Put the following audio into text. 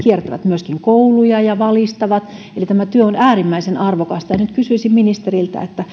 kiertävät myöskin kouluja ja valistavat eli tämä työ on äärimmäisen arvokasta nyt kysyisin ministeriltä